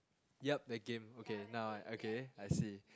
yup that game okay now okay I see